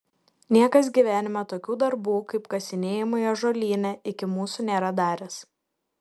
niekas gyvenime tokių darbų kaip kasinėjimai ąžuolyne iki mūsų nėra daręs